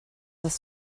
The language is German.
das